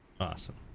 Awesome